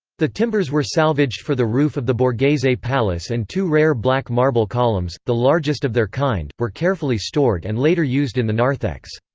the timbers were salvaged for the roof of the borghese palace and two rare black marble columns, the largest of their kind, were carefully stored and later used in the narthex.